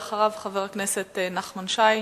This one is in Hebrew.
אחריו, חבר הכנסת נחמן שי.